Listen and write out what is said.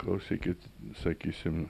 klausykit sakysim